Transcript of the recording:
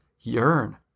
Yearn